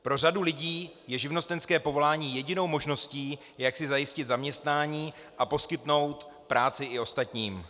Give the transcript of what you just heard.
Pro řadu lidí je živnostenské povolání jedinou možností, jak si zajistit zaměstnání, a poskytnout práci i ostatním.